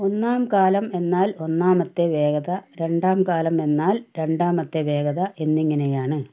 ഒന്നാംകാലം എന്നാൽ ഒന്നാമത്തെ വേഗത രണ്ടാംകാലം എന്നാൽ രണ്ടാമത്തെ വേഗത എന്നിങ്ങനെയാണ്